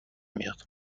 میاد